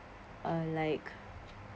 uh like